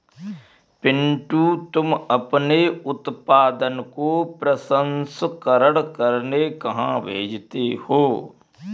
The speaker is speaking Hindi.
पिंटू तुम अपने उत्पादन को प्रसंस्करण करने कहां भेजते हो?